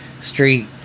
Street